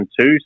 two